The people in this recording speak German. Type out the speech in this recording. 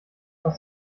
was